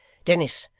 dennis,